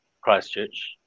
Christchurch